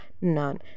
none